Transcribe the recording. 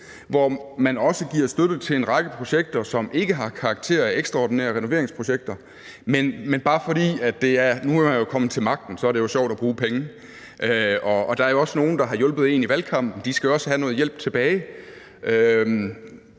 hvor man også giver støtte til en række projekter, som ikke har karakter af ekstraordinære renoveringsprojekter, men bare fordi man nu er kommet til magten og det så er sjovt at bruge penge. Der er jo også nogle, der har hjulpet en i valgkampen, og de skal også have noget hjælp tilbage,